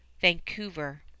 Vancouver